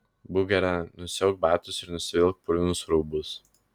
būk gera nusiauk batus ir nusivilk purvinus rūbus